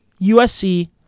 USC